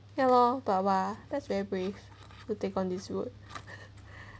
ya lor but !wah! that's very brave who take on this road